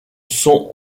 sont